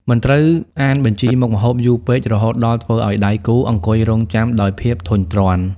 មិនត្រូវអានបញ្ជីមុខម្ហូបយូរពេក រហូតដល់ធ្វើឱ្យដៃគូអង្គុយរង់ចាំដោយភាពធុញទ្រាន់។